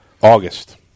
August